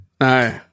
No